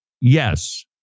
Yes